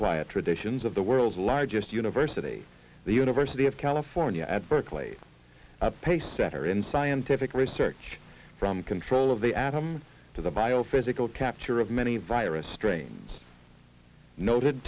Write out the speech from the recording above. quiet traditions of the world's largest university the university of california at berkeley pacesetter in scientific research from control of the atom to the biophysical capture of many virus strains noted